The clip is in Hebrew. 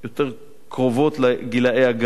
יותר קרובות לגילאי הגן,